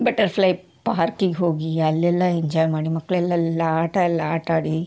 butterfly ಪಾರ್ಕಿಗೆ ಹೋಗಿ ಅಲ್ಲೆಲ್ಲ ಎಂಜಾಯ್ ಮಾಡಿ ಮಕ್ಕಳೆಲ್ಲ ಅಲ್ಲೆಲ್ಲ ಆಟಯೆಲ್ಲ ಆಟಾಡಿ